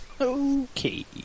Okay